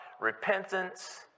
repentance